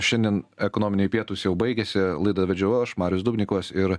šiandien ekonominiai pietūs jau baigėsi laidą vedžiau aš marius dubnikovas ir